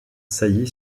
saillie